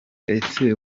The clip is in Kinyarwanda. ese